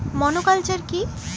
Monoculture কি?